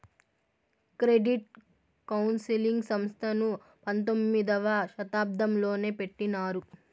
credit counselling సంస్థను పంతొమ్మిదవ శతాబ్దంలోనే పెట్టినారు